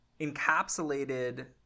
encapsulated